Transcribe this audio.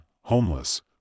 homeless